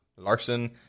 larson